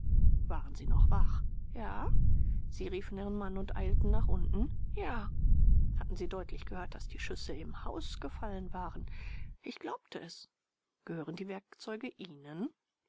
waren sie noch wach ja sie riefen ihren mann und eilten nach unten ja hatten sie deutlich gehört daß die schüsse im hause gefallen waren ich glaubte es gehören die werkzeuge ihnen